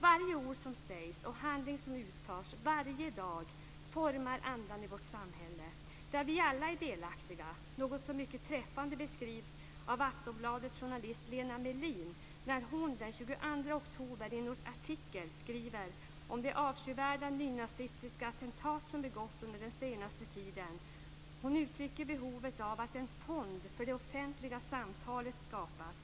Varje ord som sägs och varje handling som utförs varje dag formar andan i vårt samhälle, där vi alla är delaktiga. Detta beskrivs mycket träffande av Aftonbladets journalist Lena Melin i en artikel från den 22 oktober. Hon skriver om de avskyvärda nynazistiska attentat som begåtts under den senaste tiden, och uttrycker behovet av att en fond för det offentliga samtalet skapas.